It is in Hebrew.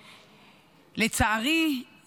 לצערי,